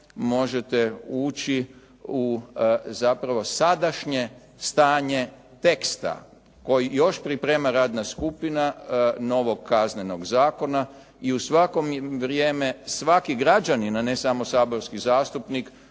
možete ući u zapravo sadašnje stanje teksta koji još priprema radna skupina novog Kaznenog zakona i u svako vrijeme svaki građanin, a ne samo saborski zastupnik